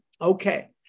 Okay